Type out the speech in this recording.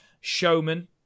showman